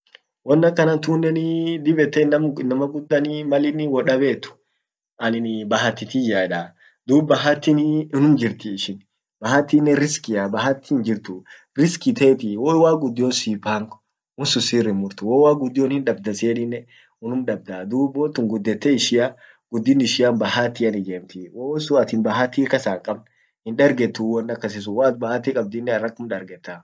won akkantunnenii dib ette inamma guddanii mal innin wodabee annin bahati tiya edaa dub bahatinii unnum jirti, bahatinen riskiaah, bahatin hinjrtu, riski tetii wowagudion si pang wonsun sir him murtuu, wowagudion hindabda siyyedinne wonsun unnum dabdaa dub wontun guddete ishia guddin ishia bahatian ijemmtii, wowonsun ati bahati kasa hinqabn hin dargetuu won akasisun waat bahati kabdinen harakkum. dargetta